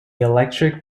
electric